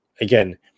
again